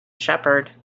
shepherd